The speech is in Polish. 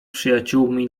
przyjaciółmi